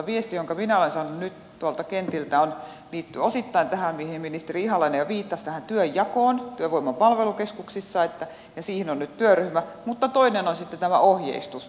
viesti jonka minä olen saanut nyt tuolta kentiltä liittyy osittain tähän mihin ministeri ihalainen jo viittasi tähän työnjakoon työvoiman palvelukeskuksissa ja siihen on nyt työryhmä mutta toinen on sitten tämä ohjeistus